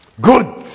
Good